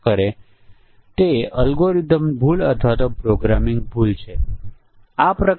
6 106 પરંતુ તે પછી જોડી મુજબના પરીક્ષણનું કદ 15 છે ૧